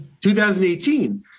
2018